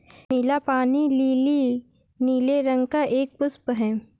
नीला पानी लीली नीले रंग का एक पुष्प है